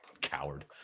coward